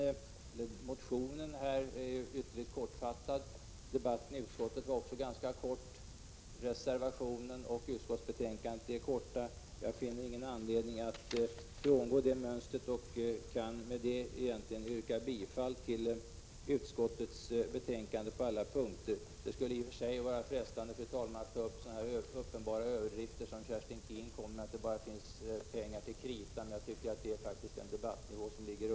Motionen i ärendet är synnerligen kortfattad, och även debatten i utskottet var ganska kort. Utskottsbetänkandet och reservationen är likaså kortfattade. Jag finner ingen anledning att frångå detta mönster utan nöjer mig med att yrka bifall till utskottets hemställan på alla punkter. Det skulle i och för sig vara frestande, fru talman, att ta upp sådana uppenbara överdrifter som Kerstin Keen gjorde sig skyldig till, som t.ex. att det bara finns pengar till krita.